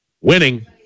Winning